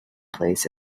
place